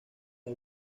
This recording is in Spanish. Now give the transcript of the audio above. las